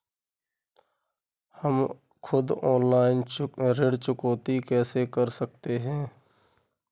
हम खुद ऑनलाइन ऋण चुकौती कैसे कर सकते हैं?